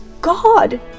God